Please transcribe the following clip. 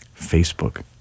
Facebook